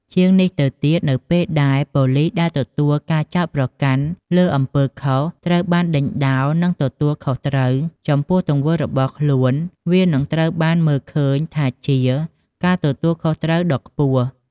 ជាងនេះទៅទៀត នៅពេលណាដែល ប៉ូលីសដែលទទួលការចោទប្រកាន់លើអំពើខុស ត្រូវបានដេញដោល និងទទួលខុសត្រូវចំពោះទង្វើរបស់ខ្លួន វានឹងត្រូវបានមើលឃើញថាជា ការទទួលខុសត្រូវ ដ៏ខ្ពស់។